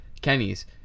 Kenny's